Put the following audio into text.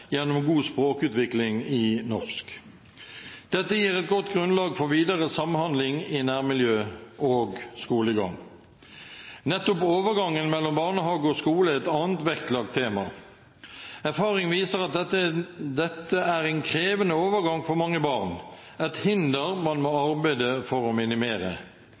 gjennom god språkutvikling i norsk. Dette gir et godt grunnlag for videre samhandling i nærmiljø og skolegang. Nettopp overgangen mellom barnehage og skole er et annet vektlagt tema. Erfaring viser at dette er en krevende overgang for mange barn, et hinder man må arbeide for å minimere.